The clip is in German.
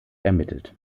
ermittelt